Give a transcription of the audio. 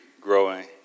growing